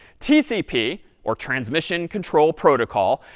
tcp, or transmission control protocol,